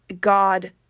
God